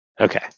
Okay